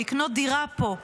לקנות דירה פה,